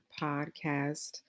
podcast